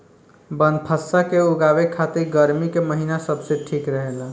बनफशा के उगावे खातिर गर्मी के महिना सबसे ठीक रहेला